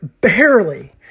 barely